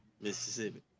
Mississippi